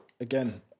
again